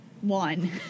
one